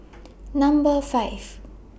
Number five